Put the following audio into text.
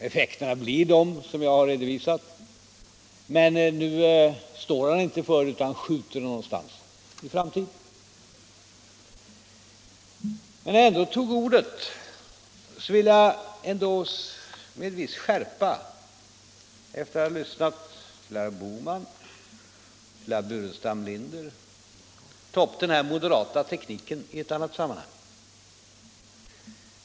Effekterna blir då de som jag har redovisat. Men nu står han inte för uttalandet i dagens läge. När jag ändå har ordet vill jag med en viss skärpa — efter att ha lyssnat till herr Bohman och herr Burenstam Linder — ta upp den moderata tekniken i ett annat sammanhang.